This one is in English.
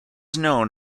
known